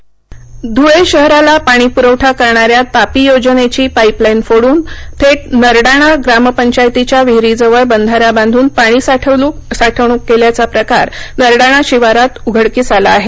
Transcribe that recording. पाणीचोरी धूळे शहराला पाणी पुरवठा करणाऱ्या तापी योजनेची पाईप लाईन फोडून थेट नरडाणा ग्राम पंचायतीच्या विहीरीजवळ बंधारा बांधून पाणी साठवणुक केल्याचा प्रकार नरडाणा शिवारात उघडकीस आला आहे